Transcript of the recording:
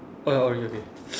oh ya orange okay